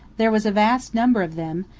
there was a vast number of them,